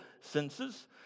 senses